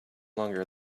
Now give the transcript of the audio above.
longer